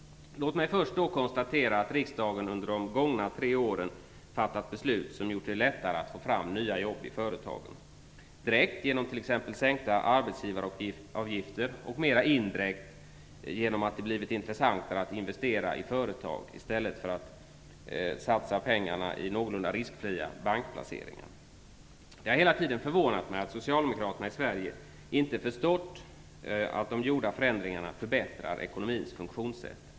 Låt mig först konstatera att riksdagen under de tre gångna åren, fattat beslut som gjort det lättare att få fram nya jobb i företagen. Detta har skett direkt, genom t.ex. sänkta arbetsgivaravgifter, och mera indirekt genom att det blivit intressant att investera i företag, i stället för att satsa pengarna i någorlunda riskfria bankplaceringar. Det har hela tiden förvånat mig att socialdemokraterna i Sverige inte förstått att de gjorda förändringarna förbättrar ekonomins funktionssätt.